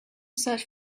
search